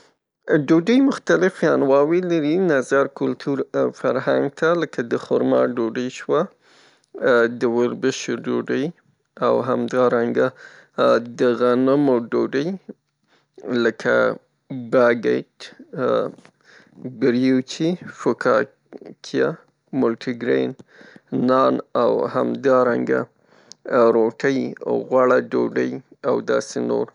ډوډۍ مختلفې انواوې لري نظر کولتور او فرهنګ ته لکه د خرما ډوډۍ شوه، د وربشو ډوډۍ او همدارنګه د غنمو ډوډۍ لکه بګیج، بریوچي، فکاکیا، مولتي ګرین، نان او همدارنګه روټۍ، غوړه ډوډۍ او داسې نور.